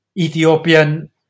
Ethiopian